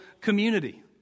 community